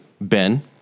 Ben